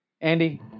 andy